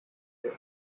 pit